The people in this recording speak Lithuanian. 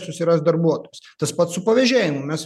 susirast darbuotojus tas pats su pavežėjimu mes